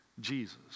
Jesus